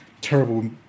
Terrible